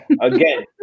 again